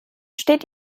steht